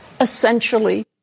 essentially